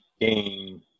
game